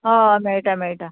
हय मेळटा मेळटा